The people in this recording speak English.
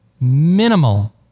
minimal